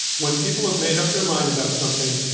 when people have made up their mind about something,